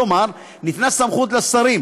כלומר ניתנה סמכות לשרים